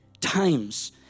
times